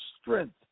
strength